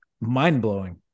mind-blowing